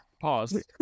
Pause